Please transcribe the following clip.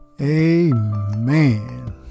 Amen